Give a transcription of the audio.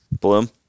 Bloom